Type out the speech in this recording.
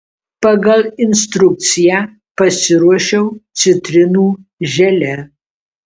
pagal instrukciją pasiruošiau citrinų želė